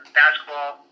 basketball